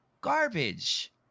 garbage